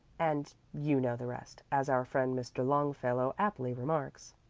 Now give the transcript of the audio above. and you know the rest as our friend mr. longfellow aptly remarks.